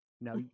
Now